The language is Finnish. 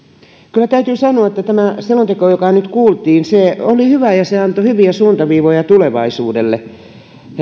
kyllä täytyy sanoa että tämä selonteko joka nyt kuultiin oli hyvä ja antoi hyviä suuntaviivoja tulevaisuudelle